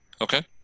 Okay